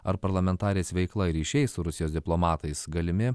ar parlamentarės veikla ir ryšiai su rusijos diplomatais galimi